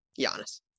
Giannis